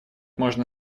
можно